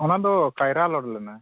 ᱚᱱᱟ ᱫᱚ ᱠᱟᱭᱨᱟ ᱞᱳᱰ ᱞᱮᱱᱟ